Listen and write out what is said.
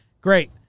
great